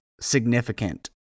significant